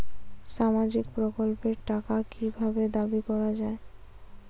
সামাজিক প্রকল্পের টাকা কি ভাবে দাবি করা হয়?